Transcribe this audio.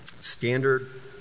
standard